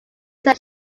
said